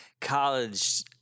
college